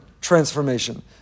transformation